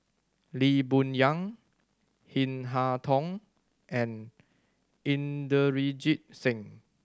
Lee Boon Yang Chin Harn Tong and Inderjit Singh